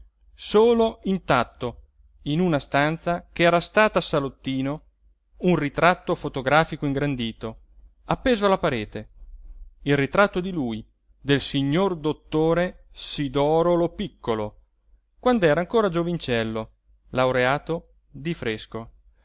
solo intatto in una stanza ch'era stata salottino un ritratto fotografico ingrandito appeso alla parete il ritratto di lui del signor dottore sidoro lopiccolo quand'era ancora giovincello laureato di fresco